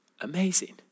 amazing